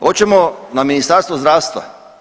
Hoćemo na Ministarstvo zdravstva?